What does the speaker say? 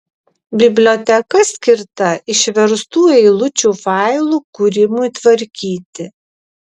biblioteka skirta išverstų eilučių failų kūrimui tvarkyti